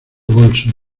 bolso